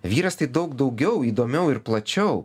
vyras tai daug daugiau įdomiau ir plačiau